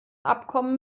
abkommen